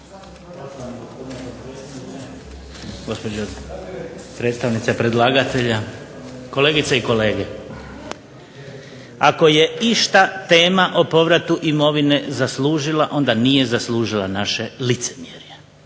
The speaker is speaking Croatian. Ako je išta tema o povratu imovine zaslužila onda nije zaslužila naše licemjerje